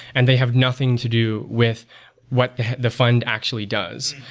and they have nothing to do with what the the fund actually does.